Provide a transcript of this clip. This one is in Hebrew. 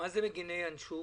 מה זה מגיני ינשוף